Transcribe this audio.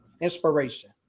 Inspiration